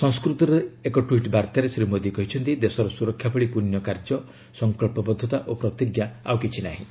ସଂସ୍କୃତରେ ଏକ ଟ୍ୱିଟ୍ ବାର୍ତ୍ତାରେ ଶ୍ରୀ ମୋଦୀ କହିଛନ୍ତି ଦେଶର ସୁରକ୍ଷା ଭଳି ପୁଣ୍ୟ କାର୍ଯ୍ୟ ସଂକଳ୍ପବଦ୍ଧତା ଓ ପ୍ରତିଜ୍ଞା ଆଉ କିଛି ନାହିଁ